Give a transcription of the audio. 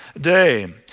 day